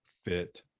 Fit